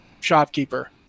shopkeeper